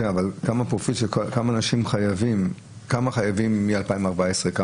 כמה אנשים חייבים מ-2014?